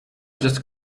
just